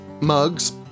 mugs